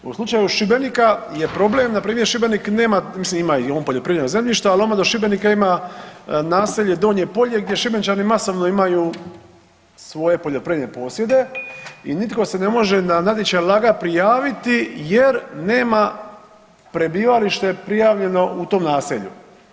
U slučaju Šibenika je problem, na primjer Šibenik nema, mislim ima i on poljoprivredno zemljište ali ono do Šibenika ima naselje Donje Polje gdje Šibenčani masovno imaju svoje poljoprivredne posjede i nitko se ne može na natječaj LAG-a prijaviti jer nema prebivalište prijavljeno u tom naselju.